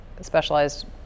specialized